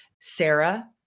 Sarah